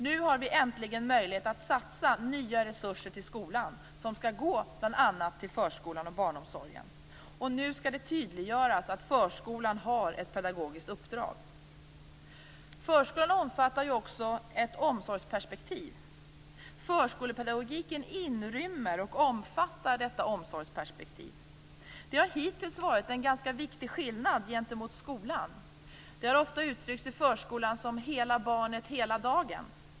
Nu har vi äntligen möjlighet att satsa nya resurser till skolan som skall gå bl.a. till förskolan och barnomsorgen. Nu skall det tydliggöras att förskolan har ett pedagogiskt uppdrag. Förskolan omfattar ju också ett omsorgsperspektiv. Förskolepedagogiken inrymmer och omfattar detta omsorgsperspektiv. Det har hittills varit en ganska viktig skillnad gentemot skolan. Det har ofta uttryckts i förskolan som hela barnet hela dagen.